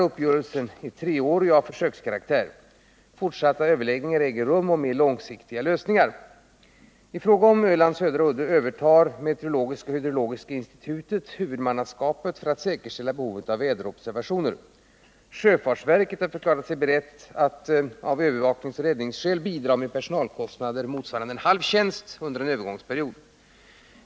Uppgörelsen är treårig och av försökskaraktär. Fortsatta överläggningar äger rum om mer långsiktiga lösningar. I fråga om Ölands södra udde övertar Sveriges meteorologiska och hydrologiska institut huvudmannaskapet för att säkerställa behovet av väderobservationer. Sjöfartsverket har förklarat sig berett att av övervakningsoch räddningsskäl bidra till bestridandet av kostnader för personal, motsvarande en halv tjänst, under en övergångsperiod.